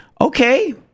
Okay